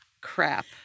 Crap